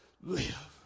Live